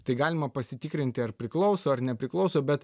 tai galima pasitikrinti ar priklauso ar nepriklauso bet